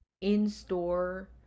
in-store